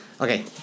Okay